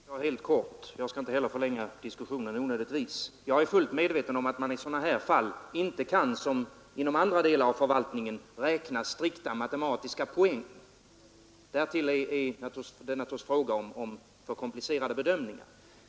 Herr talman! Helt kort! Jag skall inte heller förlänga diskussionen onödigtvis. Jag är fullt medveten om att man i sådana här fall inte som inom andra delar av förvaltningen kan räkna strikta matematiska poäng. Därtill är det naturligtvis fråga om för komplicerade bedömningar.